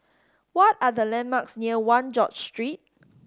what are the landmarks near One George Street